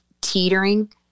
teetering